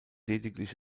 lediglich